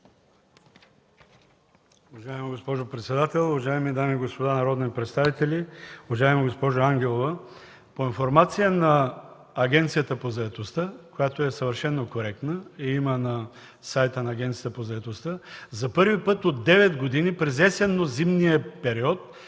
Уважаема госпожо председател, уважаеми дами и господа народни представители! Уважаема госпожо Ангелова, по информация на Агенцията по заетостта, която е съвършено коректна и я има на сайта й, за първи път от девет години през есенно-зимния период